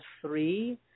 three